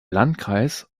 landkreis